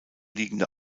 liegende